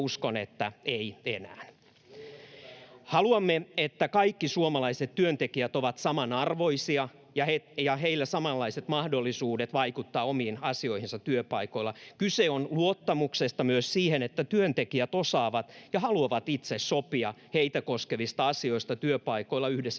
Haluamme, että kaikki suomalaiset työntekijät ovat samanarvoisia ja heillä on samanlaiset mahdollisuudet vaikuttaa omiin asioihinsa työpaikoilla. Kyse on luottamuksesta myös siihen, että työntekijät osaavat ja haluavat itse sopia heitä koskevista asioista työpaikoilla yhdessä työnantajien